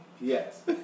Yes